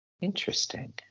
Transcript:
Interesting